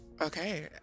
Okay